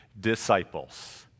Disciples